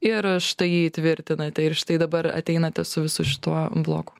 ir štai įtvirtinate ir štai dabar ateinate su visu šituo bloku